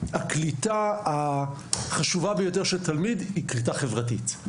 הקליטה החשובה ביותר של תלמיד היא קליטה חברתית,